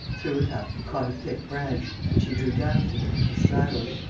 threw it up and caught a thick branch, which he drew down to him and bestraddled.